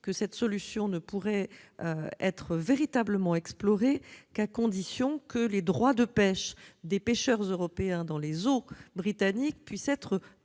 négociateurs, ne pourrait être véritablement envisagée qu'à condition que les droits de pêche des pêcheurs européens dans les eaux britanniques soient